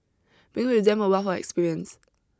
bring with them a wealth of experience